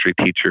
teacher